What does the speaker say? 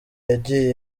yagiye